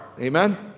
Amen